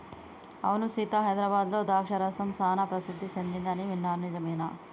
అవును సీత హైదరాబాద్లో ద్రాక్ష రసం సానా ప్రసిద్ధి సెదింది అని విన్నాను నిజమేనా